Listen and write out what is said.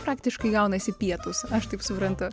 praktiškai gaunasi pietūs aš taip suprantu